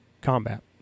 combat